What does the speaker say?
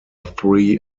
three